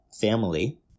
family